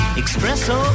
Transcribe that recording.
espresso